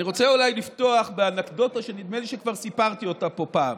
אני רוצה אולי לפתוח באנקדוטה שנדמה לי שכבר סיפרתי אותה פה פעם: